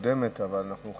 אבל אנחנו חייבים להתכנס